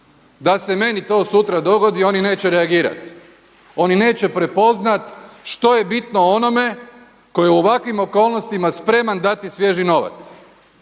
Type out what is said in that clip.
Da se meni to sutra dogodi oni neće reagirati, oni neće prepoznati što je bitno o onome koji je u ovakvim okolnostima spreman dati svježi novac.